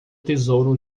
tesouro